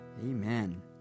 amen